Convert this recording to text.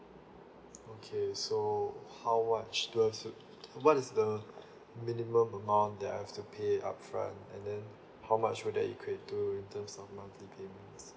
okay so how much do I have to what is the minimum amount that I have to pay upfront and then how much would that equate to in terms of monthly payment